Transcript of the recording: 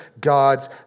God's